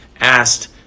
asked